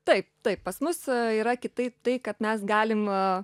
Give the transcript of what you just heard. taip taip pas mus yra kitaip tai kad mes galim